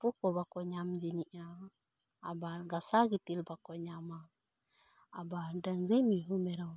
ᱛᱳᱯᱳ ᱠᱚ ᱵᱟᱠᱚ ᱧᱟᱢ ᱡᱚᱱᱚᱜᱼᱟ ᱟᱵᱟᱨ ᱜᱟᱥᱟ ᱜᱤᱫᱤᱞ ᱵᱟᱠᱚ ᱧᱟᱢᱟ ᱟᱵᱟᱨ ᱰᱟᱝᱨᱤ ᱢᱤᱦᱩ ᱢᱮᱨᱚᱢ